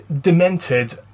demented